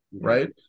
right